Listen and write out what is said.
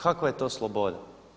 Kakva je to sloboda?